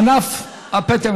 ענף הפטם,